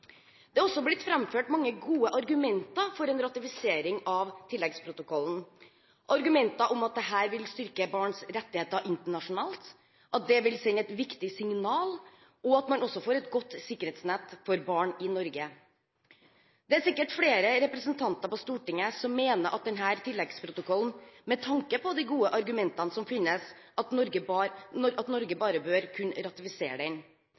Det er også blitt framført mange gode argumenter for en ratifisering av tilleggsprotokollen, argumenter som at dette vil styrke barns rettigheter internasjonalt, at det vil sende et viktig signal, og at man også får et godt sikkerhetsnett for barn i Norge. Det er sikkert flere representanter på Stortinget som mener at med tanke på de gode argumentene som finnes, bør Norge bare kunne ratifisere denne tilleggsprotokollen. Komiteen har blitt enig om at